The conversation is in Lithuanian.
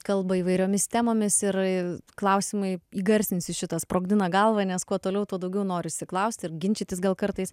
kalba įvairiomis temomis ir klausimai įgarsinsiu šitą sprogdina galvą nes kuo toliau tuo daugiau norisi klausti ir ginčytis gal kartais